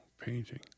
painting